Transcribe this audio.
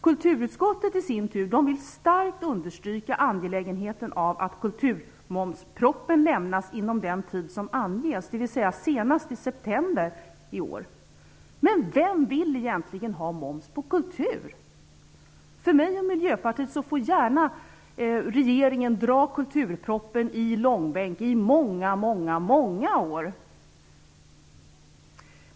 Kulturutskottet i sin tur vill starkt understryka angelägenheten av att kulturmomspropositionen lämnas inom den tid som anges, dvs. senast i september i år. Men vem vill egentligen ha moms på kultur? För mig och Miljöpartiet får regeringen gärna dra kulturpropositionen i långbänk i många, många år.